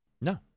No